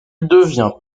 devient